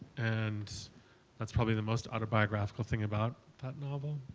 and that's probably the most autobiographical thing about that novel.